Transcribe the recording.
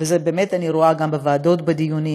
ואני באמת רואה גם בוועדות בדיונים.